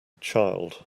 child